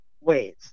ways